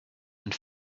and